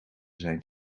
zijn